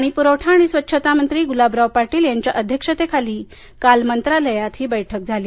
पाणीप्रवठा आणि स्वच्छता मंत्री ग्लाबराव पाटील यांच्या अध्यक्षतेखाली काल मंत्रालयात ही बैठक झाली